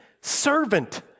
servant